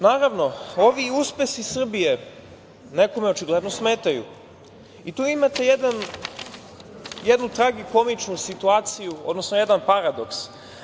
Naravno, ovi uspesi Srbije nekome očigledno smetaju i tu imate jednu tragikomičnu situaciju, odnosno jedan paradoks.